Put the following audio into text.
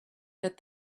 that